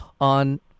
on